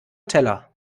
teller